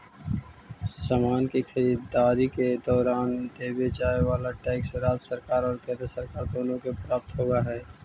समान के खरीददारी के दौरान देवे जाए वाला टैक्स राज्य सरकार और केंद्र सरकार दोनो के प्राप्त होवऽ हई